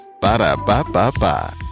Ba-da-ba-ba-ba